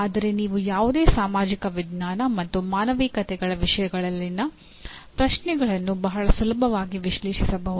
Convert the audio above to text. ಆದರೆ ನೀವು ಯಾವುದೇ ಸಾಮಾಜಿಕ ವಿಜ್ಞಾನ ಮತ್ತು ಮಾನವಿಕತೆಗಳ ವಿಷಯಗಳಲ್ಲಿನ ಪ್ರಶ್ನೆಗಳನ್ನು ಬಹಳ ಸುಲಭವಾಗಿ ವಿಶ್ಲೇಷಿಸಬಹುದು